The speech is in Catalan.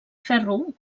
ferro